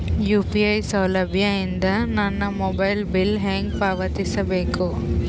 UPI ಸೌಲಭ್ಯ ಇಂದ ನನ್ನ ಮೊಬೈಲ್ ಬಿಲ್ ಹೆಂಗ್ ಪಾವತಿಸ ಬೇಕು?